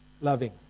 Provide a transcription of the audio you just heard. loving